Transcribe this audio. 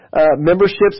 Memberships